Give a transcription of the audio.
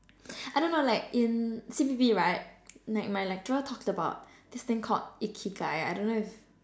I don't know like in C_P_B right like my lecturer talked about this thing called Ikigai I don't know if